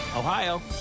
Ohio